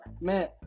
man